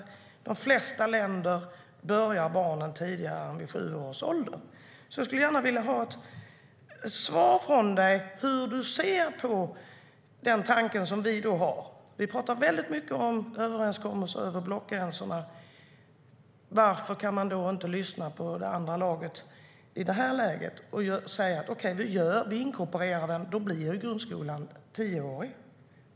I de flesta länder börjar barnen tidigare än vid sju års ålder. Jag skulle gärna vilja ha ett svar från dig på hur du ser på den tanke som vi har. Vi talar väldigt mycket om överenskommelser över blockgränserna. Då borde man väl kunna lyssna på det andra laget i det här läget och säga: Okej, vi inkorporerar förskoleklassen, och då blir grundskolan tioårig.